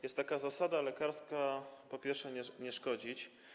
Jest taka zasada lekarska: po pierwsze nie szkodzić.